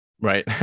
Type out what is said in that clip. Right